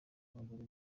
abagore